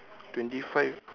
twenty five